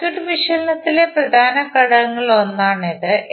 circuit വിശകലനത്തിലെ പ്രധാന ഘടകങ്ങളിൽ ഒന്നാണിത്